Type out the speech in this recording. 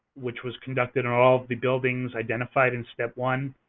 which was conducted on all the buildings identified in step one.